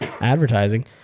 advertising